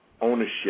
ownership